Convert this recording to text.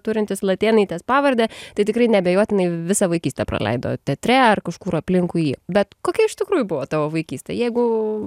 turintis latėnaitės pavardę tai tikrai neabejotinai visą vaikystę praleido teatre ar kažkur aplinkui jį bet kokia iš tikrųjų buvo tavo vaikystė jeigu